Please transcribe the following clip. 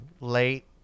late